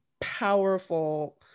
powerful